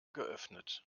geöffnet